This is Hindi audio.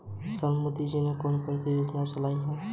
क्या मैं अपने खाते में अपनी माता जी को जॉइंट कर सकता हूँ?